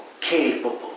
capable